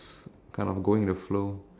okay how about you